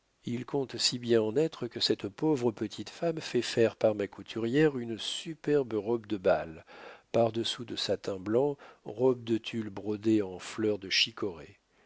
ils comptent si bien en être que cette pauvre petite femme fait faire par ma couturière une superbe robe de bal pardessous de satin blanc robe de tulle brodée en fleurs de